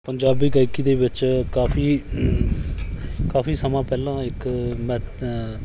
ਪੰਜਾਬੀ ਗਾਇਕੀ ਦੇ ਵਿੱਚ ਕਾਫ਼ੀ ਕਾਫ਼ੀ ਸਮਾਂ ਪਹਿਲਾਂ ਇੱਕ ਮੈਂ